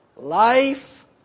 Life